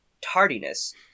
tardiness